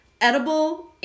edible